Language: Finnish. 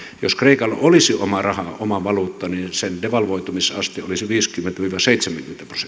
jos kreikalla olisi oma raha oma valuutta niin sen devalvoitumisaste olisi viisikymmentä viiva seitsemänkymmentä prosenttia